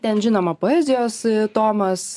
ten žinoma poezijos tomas